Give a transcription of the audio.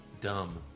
dumb